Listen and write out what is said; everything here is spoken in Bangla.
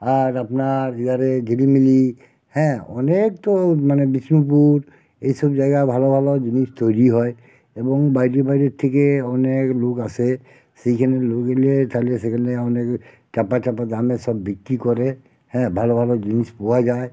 আর আপনার হিয়ারে ঝিলিমিলি হ্যাঁ অনেক তো মানে বিষ্ণুপুর এই সব জায়গায় ভালো ভালো জিনিস তৈরি হয় এবং বাইরে বাইরের থেকে অনেক লোক আসে সেইখানে লোক এলে তাহলে সেখানে অনেক চাপা চাপা দামে সব বিক্রি করে হ্যাঁ ভালো ভালো জিনিস পাওয়া যায়